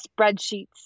spreadsheets